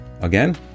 Again